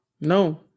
no